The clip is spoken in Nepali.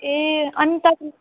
ए अनि तपाईँ